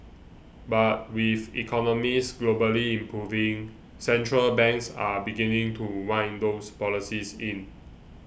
but with economies globally improving central banks are beginning to wind those policies in